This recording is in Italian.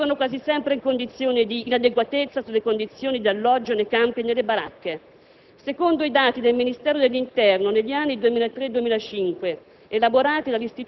I bambini vivono quasi sempre in condizioni di inadeguatezza per gli alloggi nei campi e nelle baracche. Secondo i dati del Ministero dell'interno per gli anni 2003-2005,